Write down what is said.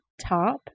top